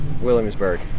Williamsburg